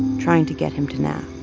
trying to get him to nap